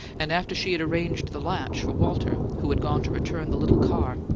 and after she had arranged the latch for walter, who had gone to return the little car,